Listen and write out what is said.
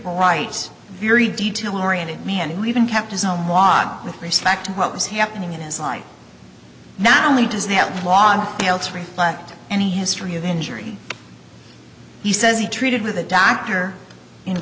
bright very detail oriented man who even kept his own walk with respect to what was happening in his life not only does the outlawed belts reflect any history of injury he says he treated with a doctor in